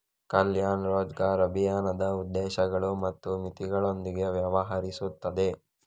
ಕಲ್ಯಾಣ್ ರೋಜ್ಗರ್ ಅಭಿಯಾನದ ಉದ್ದೇಶಗಳು ಮತ್ತು ಮಿತಿಗಳೊಂದಿಗೆ ವ್ಯವಹರಿಸುತ್ತದೆ